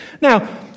Now